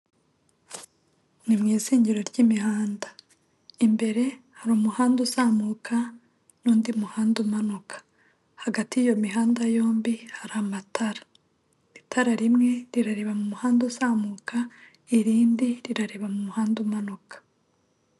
Ni mu izingiro ry'imihanda imbere hari umuhanda uzamuka n'undi muhanda umanuka, hagati y'iyo mihanda yombi hari amatara, itara rimwe rirareba mu muhanda uzamuka irindi rirareba mu muhanda umanuka.